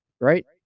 right